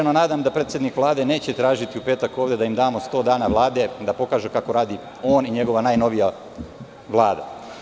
Nadam se da predsednik Vlade neće tražiti u petak ovde da im damo 100 dana Vlade da pokaže kako radi on i njegova najnovija Vlada.